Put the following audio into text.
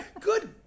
good